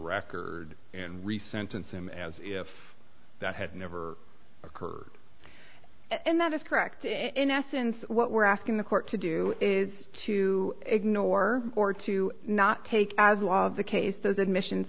record and re sentence him as if that had never occurred and that is correct in essence what we're asking the court to do is to ignore or to not take as was the case those admissions